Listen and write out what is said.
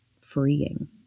freeing